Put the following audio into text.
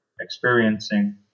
experiencing